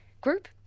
group